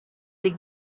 les